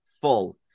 full